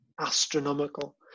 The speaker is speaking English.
astronomical